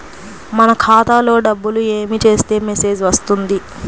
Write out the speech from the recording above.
మన ఖాతాలో డబ్బులు ఏమి చేస్తే మెసేజ్ వస్తుంది?